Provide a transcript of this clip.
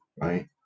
right